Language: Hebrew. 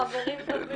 אין לך חברים טובים.